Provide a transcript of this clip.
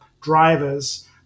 drivers